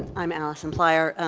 i'm allison plyer,